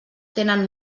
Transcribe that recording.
tenen